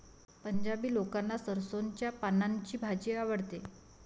पंजाबी लोकांना सरसोंच्या पानांची भाजी आवडते